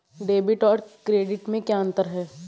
Debit और credit में क्या अंतर है?